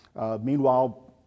Meanwhile